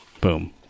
Boom